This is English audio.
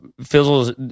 fizzles